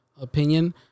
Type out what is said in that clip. opinion